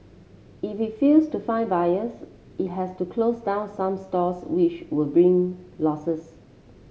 if it fails to find buyers it has to close down some stores which will bring losses